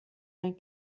ein